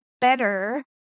better